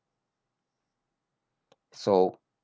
so